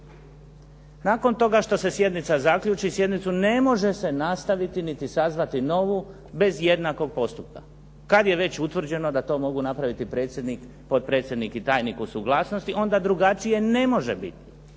nakon toga što se sjednica zaključi sjednicu ne može se nastaviti niti sazvati novu bez jednakog postupka kad je već utvrđeno da to mogu napraviti predsjednik, potpredsjednik i tajnik u suglasnosti onda drugačije ne može biti,